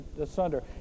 asunder